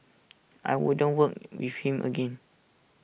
I wouldn't work with him again